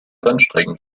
rennstrecken